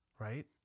Right